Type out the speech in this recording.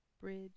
bridge